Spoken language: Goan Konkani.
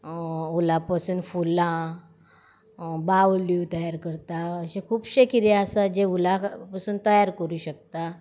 वुला पसून फुलां बावल्यो तयार करता अशें खुबशें कितें आसा जें वुला पसून तयार करूं शकता